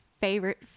favorite